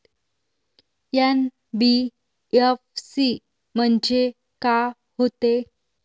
NBFC म्हणजे का होते?